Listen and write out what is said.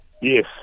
Yes